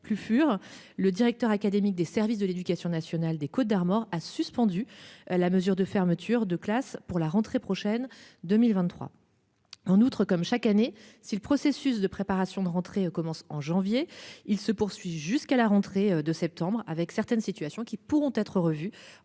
plus furent le directeur académique des services de l'éducation nationale des Côtes d'Armor a suspendu la mesure de fermeture de classes pour la rentrée prochaine 2023. En outre, comme chaque année si le processus de préparation de rentrée commence en janvier. Il se poursuit jusqu'à la rentrée de septembre avec certaines situations qui pourront être revues